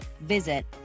visit